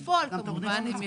בפועל, כמובן, בעצם,